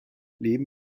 leben